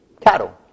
cattle